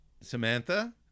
Samantha